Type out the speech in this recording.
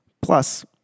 Plus